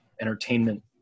entertainment